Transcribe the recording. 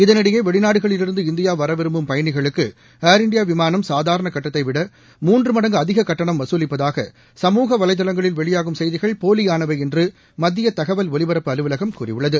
இதனிடையேவெளிநாடுகளில் இருந்து இந்தியாவரவிரும்பும் பயணிகளுக்குளர் இந்தியாவிமானம் சாதாரணகட்டணத்தைவிட மூன்றுமடங்குஅதிககட்டணம் வசூலிப்பதாக சமூக வலைத்தளங்களில் வெளியாகும் செய்திகள் போலியானவைஎன்றுமத்தியதகவல் ஒலிபரப்பு அலுவலகம் கூறியுள்ளது